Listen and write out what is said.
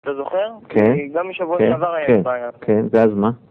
אתה זוכר? כי גם משבוע שעבר היה איזה בעיה. כן, כן, כן, ואז מה?